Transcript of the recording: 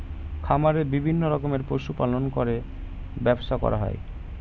খামারে বিভিন্ন রকমের পশু পালন করে ব্যবসা করা হয়